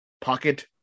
Pocket